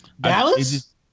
Dallas